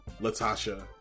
Latasha